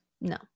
No